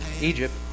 Egypt